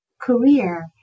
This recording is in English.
career